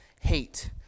hate